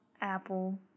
Apple